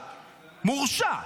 מורשע,